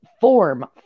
form